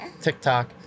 TikTok